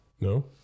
No